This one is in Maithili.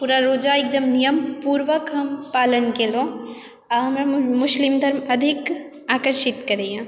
पूरा रोजा एकदम नियम पूर्वक हम पालन केलहुँ आ हमरा मुस्लिम धर्म अधिक आकर्षित करैया